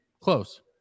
close